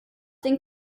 den